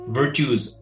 virtues